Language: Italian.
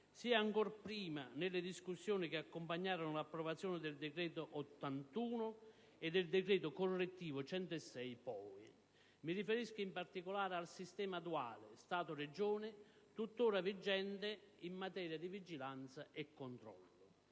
sia, ancor prima, nelle discussioni che accompagnarono l'approvazione del decreto legislativo n. 81 prima e del decreto correttivo n. 106 poi. Mi riferisco in particolare al sistema duale Stato-Regioni tuttora vigente in materia di vigilanza e controllo.